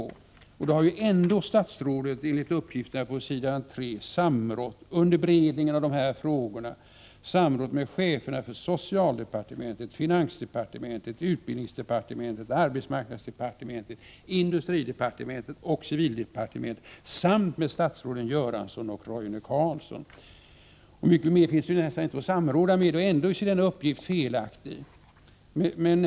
Under beredningen av dessa frågor hade ändå statsrådet enligt uppgift på s. 3 i propositionen samrått med cheferna för socialdepartementet, finansdepartementet, utbildningsdepartementet, arbetsmarknadsdepartementet, industridepartementet och civildepartementet samt med statsråden Bengt Göransson och Roine Carlsson. Mycket mer finns väl inte att samråda med, och ändå är uppgiften felaktig.